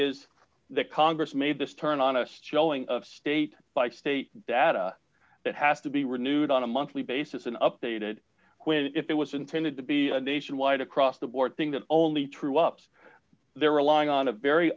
is that congress made this turn on a showing of state by state data that has to be renewed on a monthly basis and updated when if it was intended to be a nationwide across the board thing that only true ups they're relying on a very